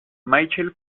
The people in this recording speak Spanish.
michael